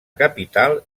capital